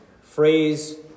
phrase